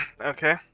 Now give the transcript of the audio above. Okay